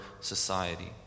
society